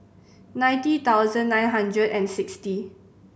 ninety thousand nine hundred and sixty